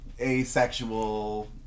asexual